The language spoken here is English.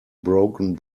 broken